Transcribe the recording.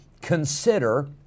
consider